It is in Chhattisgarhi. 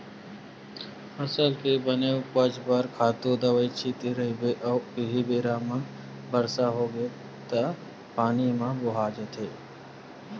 फसल के बने उपज बर खातू दवई छिते रहिबे अउ उहीं बेरा म बरसा होगे त पानी म बोहा जाथे